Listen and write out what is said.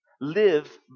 live